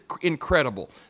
incredible